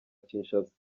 kinshasa